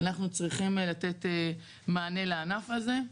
אנחנו צריכים לתת מענה לענף הזה.